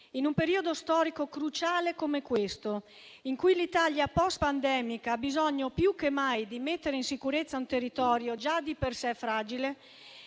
in un periodo storico cruciale come questo, in cui l'Italia postpandemica ha bisogno più che mai di mettere in sicurezza un territorio già di per sé fragile,